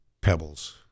pebbles